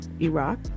Iraq